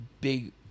big